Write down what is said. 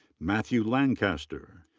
matthew lancaster.